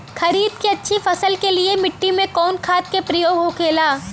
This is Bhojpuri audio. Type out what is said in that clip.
खरीद के अच्छी फसल के लिए मिट्टी में कवन खाद के प्रयोग होखेला?